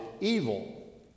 evil